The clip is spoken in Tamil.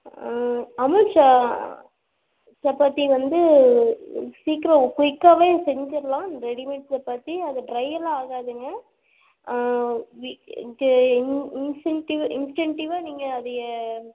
அமுல் ஷ சப்பாத்தி வந்து சீக்கிரோம் குயிக்காகவே செஞ்சிடலாம் ரெடிமேட் சப்பாத்தி அது ட்ரையெல்லாம் ஆகாதுங்க வீ இங்கே இங் இன்சின்டிவ்வே இன்ஸ்டன்டிவாக நீங்கள் அதைய